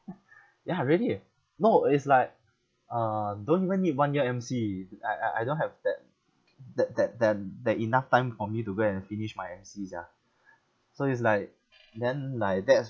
ya really no it's like uh don't even need one year M_C I I I don't have that that that that that enough time for me to go and finish my M_Cs ah so it's like then like that's